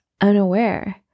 unaware